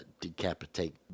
decapitate